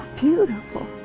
beautiful